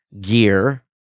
gear